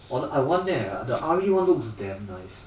on I want leh the R_E one looks damn nice